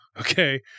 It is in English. Okay